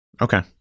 Okay